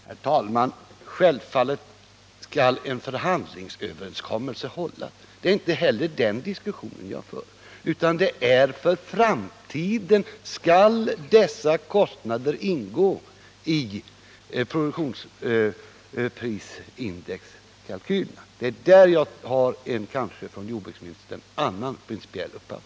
Herr talman! Självfallet skall en förhandlingsöverenskommelse hållas. Det är inte heller den diskussionen jag för, utan det gäller framtiden: Skall dessa kostnader ingå i kalkylerna för produktionsmedelsprisindex? Det är där jag har en annan principiell uppfattning än vad kanske jordbruksministern har.